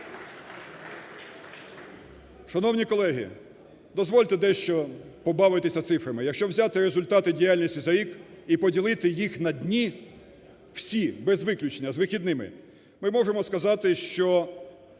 Шановні колеги, дозвольте дещо побавитися цифрами. Якщо взяти результати діяльності за рік і поділити їх на дні, всі, без виключення, з вихідними, ми можемо сказати, що